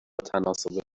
تناسب